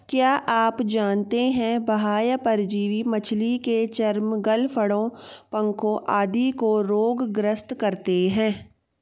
क्या आप जानते है बाह्य परजीवी मछली के चर्म, गलफड़ों, पंखों आदि को रोग ग्रस्त करते हैं?